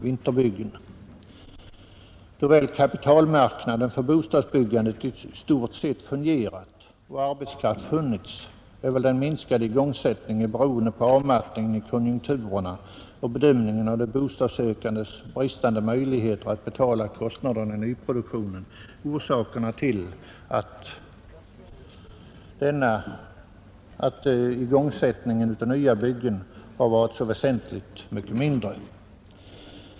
Då kapitalmarknaden för bostadsbyggandet i stort sett fungerat och arbetskraft funnits, har väl den minskade igångsättningen berott på avmattningen i konjunkturerna och på bedömningen av de bostadssökandes bristande möjligheter att betala kostnaderna i nyproduktionen.